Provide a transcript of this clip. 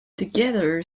together